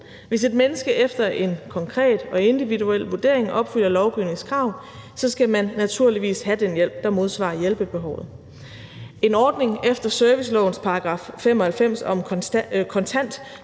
Hvis et menneske efter en konkret og individuel vurdering opfylder lovgivningens krav, så skal man naturligvis have den hjælp, der modsvarer hjælpebehovet. En ordning efter servicelovens § 95 om kontant